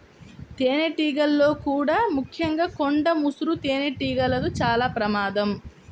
తేనెటీగల్లో కూడా ముఖ్యంగా కొండ ముసురు తేనెటీగలతో చాలా ప్రమాదం